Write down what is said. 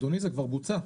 אדוני זה כבר בוצע,